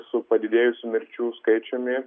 su padidėjusiu mirčių skaičiumi